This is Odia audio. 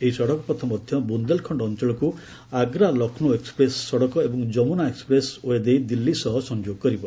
ଏହି ସଡ଼କପଥ ମଧ୍ୟ ବୁନ୍ଦେଲଖଣ୍ଡ ଅଞ୍ଚଳକୁ ଆଗ୍ରା ଲକ୍ଷ୍ରୌ ଏକ୍ପ୍ରେସ୍ ସଡ଼କ ଏବଂ ଯମୁନା ଏକ୍ୱପ୍ରେସ୍ ଓ୍ୱେ ସହ ଦେଇ ଦିଲ୍ଲୀ ସହ ସଂଯୋଗ କରିବ